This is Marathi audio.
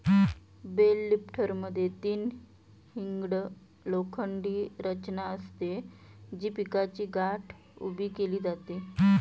बेल लिफ्टरमध्ये तीन हिंग्ड लोखंडी रचना असते, जी पिकाची गाठ उभी केली जाते